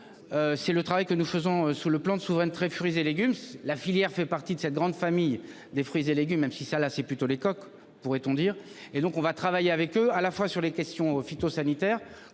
C'est le travail que nous faisons sur le plan de souveraine très fruits et légumes, la filière fait partie de cette grande famille des fruits et légumes, même si ça là c'est plutôt les coqs pourrait-on dire, et donc on va travailler avec eux, à la fois sur les questions phytosanitaires